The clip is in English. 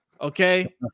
okay